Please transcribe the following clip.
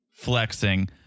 Flexing